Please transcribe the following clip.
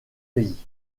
pays